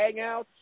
hangouts